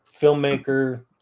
filmmaker